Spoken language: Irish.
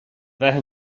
bheith